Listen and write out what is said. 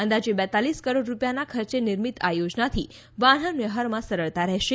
અંદાજે બેત્તાલીસ કરોડ રૂપિયાના ખર્ચે નિર્મિત આ યોજનાથી વાહન વ્યવહારમાં સરળતા રહેશે